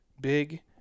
big